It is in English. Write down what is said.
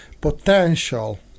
potential